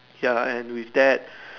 ya and with that